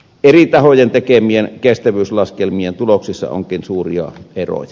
eri tahojen tekemien kestävyyslaskelmien tuloksissa onkin suuria eroja